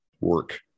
work